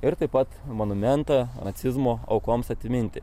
ir taip pat monumentą nacizmo aukoms atminti